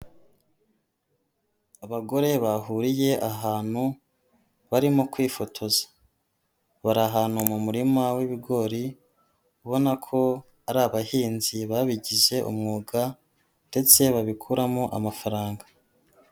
Abagore bahuriye ahantu barimo kwifotoza, bari ahantu mu murima w'ibigori, ubona ko ari abahinzi babigize umwuga ndetse babikuramo amafaranga.